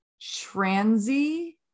transy